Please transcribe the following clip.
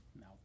No